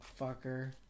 fucker